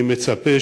אני מצפה